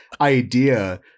idea